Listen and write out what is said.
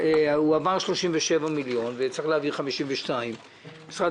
הוא אמר 37 מיליון וצריך להעביר 52. משרד